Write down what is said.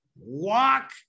Walk